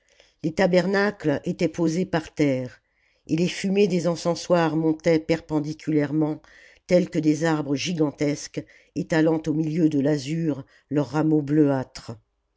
les tabernacles étaient posés par terre et les fumées des encensoirs montaient perpendiculairement telles que des arbres gigantesques étalant au milieu de l'azur leurs rameaux